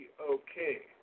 okay